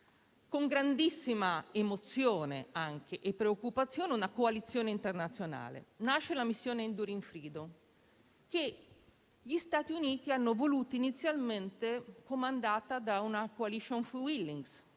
con grandissima emozione e anche preoccupazione, una coalizione internazionale. Nasce dunque la missione Enduring freedom, che gli Stati Uniti hanno voluto inizialmente comandata da una *coalition of the willing*,